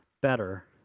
better